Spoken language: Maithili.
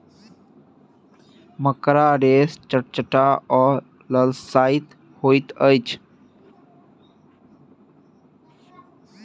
मकड़ा रेशा चटचटाह आ लसाह होइत अछि